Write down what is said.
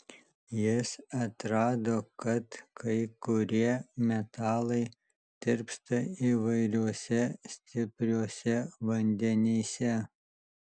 jis atrado kad kai kurie metalai tirpsta įvairiuose stipriuose vandenyse